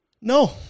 No